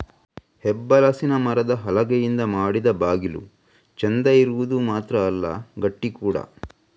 ಹೆಬ್ಬಲಸಿನ ಮರದ ಹಲಗೆಯಿಂದ ಮಾಡಿದ ಬಾಗಿಲು ಚಂದ ಇರುದು ಮಾತ್ರ ಅಲ್ಲ ಗಟ್ಟಿ ಕೂಡಾ